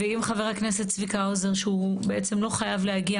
ואם חבר הכנסת צביקה האוזר שהוא בעצם לא חייב להגיע,